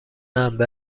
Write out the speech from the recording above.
انبه